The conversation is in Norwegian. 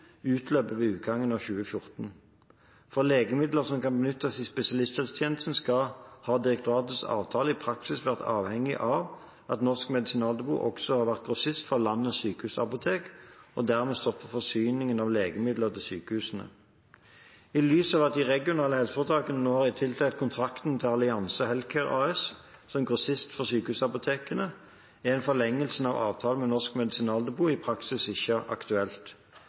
utløper ved utgangen av 2014. For legemidler som benyttes i spesialisthelsetjenesten har direktoratets avtale i praksis vært avhengig av at Norsk Medisinaldepot også har vært grossist for landets sykehusapotek, og dermed stått for forsyningen av legemidler til sykehusene. I lys av at de regionale helseforetakene nå har tildelt kontrakt til Alliance Healthcare Norge AS som grossist for Sykehusapotekene, er en forlengelse av avtalen med Norsk Medisinaldepot i praksis ikke aktuelt.